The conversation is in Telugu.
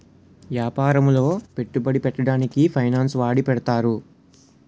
యాపారములో పెట్టుబడి పెట్టడానికి ఫైనాన్స్ వాడి పెడతారు